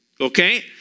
okay